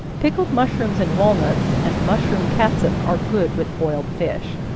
pickled mushrooms and walnuts, and mushroom catsup, are good with boiled fish.